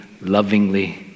lovingly